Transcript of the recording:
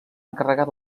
encarregar